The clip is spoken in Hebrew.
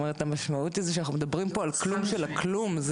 המשמעות היא שאנחנו מדברים פה על כלום של כלום.